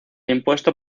impuesto